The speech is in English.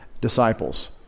disciples